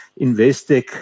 Investec